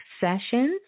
sessions